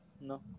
no